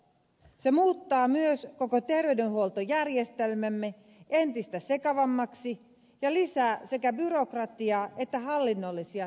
se muuttaa myös koko terveydenhuoltojärjestelmämme entistä sekavammaksi ja lisää sekä byrokratiaa että hallinnollisia työtehtäviä